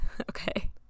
Okay